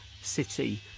city